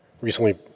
recently